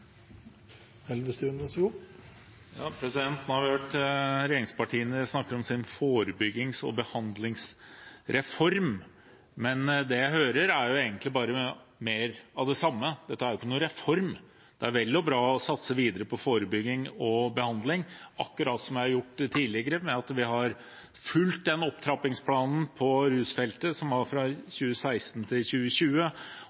egentlig bare mer av det samme. Dette er jo ikke noen reform. Det er vel og bra å satse videre på forebygging og behandling, akkurat som det er gjort tidligere med at vi har fulgt den opptrappingsplanen på rusfeltet som var fra